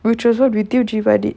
we trust out with you